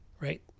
Right